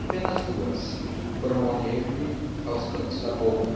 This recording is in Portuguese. apenas duas e foram morrer lhe aos cantos da boca